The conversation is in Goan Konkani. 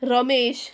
रमेश